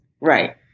right